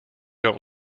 don’t